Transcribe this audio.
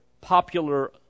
popular